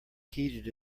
heated